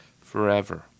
forever